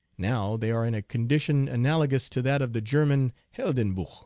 now they are in a condition analogous to that of the german heldenbuch.